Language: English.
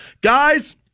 Guys